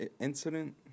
incident